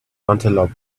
antelope